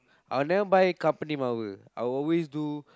I will never buy company I will always do